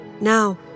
Now